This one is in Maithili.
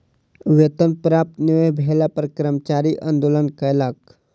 वेतन प्राप्त नै भेला पर कर्मचारी आंदोलन कयलक